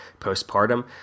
postpartum